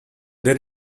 they